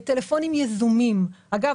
טלפונים יזומים - אגב,